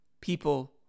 people